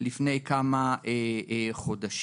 לפני כמה חודשים.